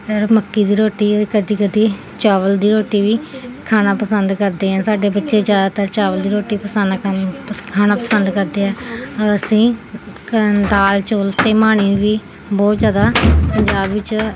ਮੱਕੀ ਦੀ ਰੋਟੀ ਵੀ ਕਦੀ ਕਦੀ ਚਾਵਲ ਦੀ ਰੋਟੀ ਵੀ ਖਾਣਾ ਪਸੰਦ ਕਰਦੇ ਹਾਂ ਸਾਡੇ ਬੱਚੇ ਜ਼ਿਆਦਾਤਰ ਚਾਵਲ ਦੀ ਰੋਟੀ ਪਸੰਦ ਕਰਨ ਖਾਣਾ ਪਸੰਦ ਕਰਦੇ ਹੈ ਅਸੀਂ ਦਾਲ ਚੌਲ ਅਤੇ ਮਹਾਣੀ ਵੀ ਬਹੁਤ ਜ਼ਿਆਦਾ ਪੰਜਾਬ ਵਿੱਚ